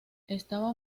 estaba